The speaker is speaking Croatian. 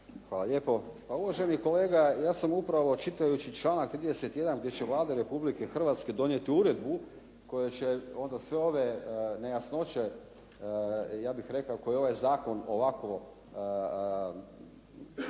Hvala lijepo. Pa uvaženi kolega ja sam upravo čitajući članak 31. Vlade Republike Hrvatske donijeti uredbu koji će onda sve ove nejasnoće ja bih rekao koji ovaj zakon,